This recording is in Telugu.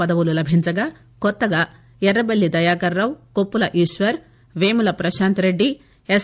పదవులు లభించగా కొత్తగా యర్రబెల్లి దయాకర్రావు కొప్పుల ఈశ్వర్ వేముల ప్రశాంత్రెడ్డి ఎస్